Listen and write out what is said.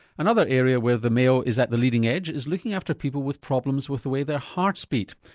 another area where the mayo is at the leading edge is looking after people with problems with the way their hearts beat,